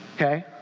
okay